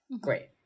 Great